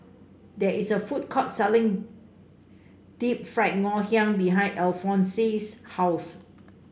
there is a food court selling Deep Fried Ngoh Hiang behind Alfonse's house